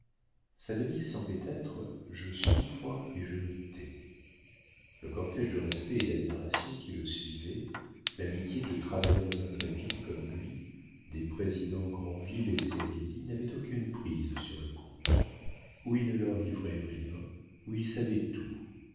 sa devise semblait être je souffre et je me tais le cortége de respect et d'admiration qui le suivait l'amitié de travailleurs intrépides comme lui des présidents grandville et sérizy n'avaient aucune prise sur le comte ou il ne leur livrait rien ou ils savaient tout